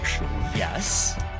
Yes